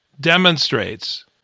demonstrates